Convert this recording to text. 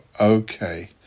okay